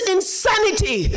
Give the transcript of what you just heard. insanity